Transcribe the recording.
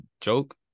joke